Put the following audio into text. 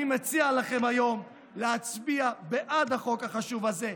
אני מציע לכם היום להצביע בעד החוק החשוב הזה,